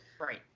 right